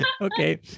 okay